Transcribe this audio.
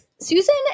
Susan